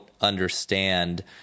understand